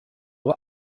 uhr